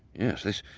yes,